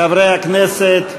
חברי הכנסת,